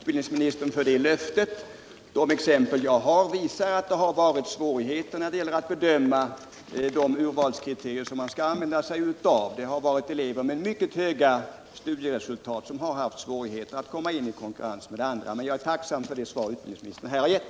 Herr talman! Jag tackar utbildningsministern för det löftet. De exempel jag har visar att det har förelegat svårigheter när det gällt urvalskriterierna — elever med mycket goda studieresultat har haft svårigheter att komma in i konkurrens med andra. Men jag är tacksam för det besked utbildningsministern här har givit.